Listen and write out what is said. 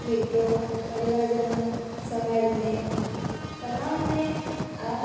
મિત્રો પરિવારજનો સમાજને તમામને આ